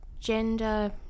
gender